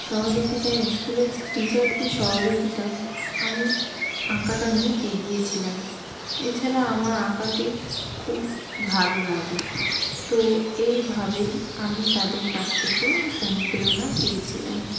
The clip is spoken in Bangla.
সহযোগিতা স্কুলের টিচারদের সহযোগিতায় আমি আঁকাটা নিয়ে এগিয়েছিলাম এছাড়া আমার আঁকাতে খুব ভালো লাগে তো এইভাবে আমি তাদের কাছ থেকে অনুপ্রেরণা পেয়েছিলাম